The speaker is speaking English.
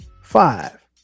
Five